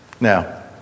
Now